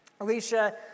Alicia